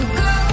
go